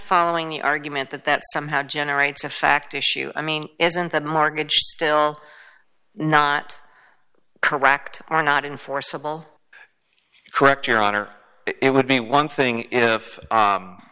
following the argument that that somehow generates a fact issue i mean isn't that mortgage still not correct or not in forcible correct your honor it would be one thing if